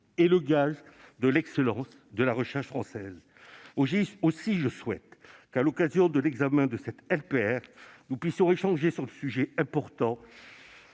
est le gage de l'excellence de la recherche française. Aussi, je souhaite qu'à l'occasion de l'examen de cette LPPR, nous puissions échanger sur ce sujet important